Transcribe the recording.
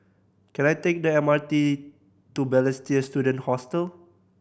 can I take the M R T to Balestier Student Hostel